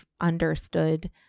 understood